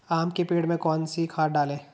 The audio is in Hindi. आम के पेड़ में कौन सी खाद डालें?